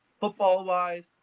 football-wise